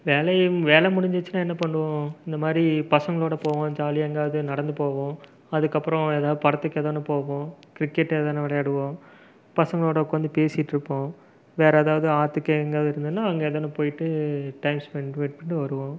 வேலையும் வேலை முடிஞ்சிடுச்சினா என்ன பண்ணுவோம் இந்த மாதிரி பசங்களோட போவோம் ஜாலியாக எங்காவது நடந்து போவோம் அதுக்கப்புறம் ஏதாவது படத்துக்கு ஏதோ ஒன்று போவோம் கிரிக்கெட் எதுனா விளையாடுவோம் பசங்களோட உட்காந்து பேசிட்டுருப்போம் வேற ஏதாவது ஆற்றுக்கு எங்காவது இருந்ததுன்னா அங்கே ஏதோ ஒன்று போயிட்டு டயம் ஸ்பென்ட் பண்ணிட்டு வருவோம்